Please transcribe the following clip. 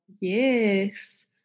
Yes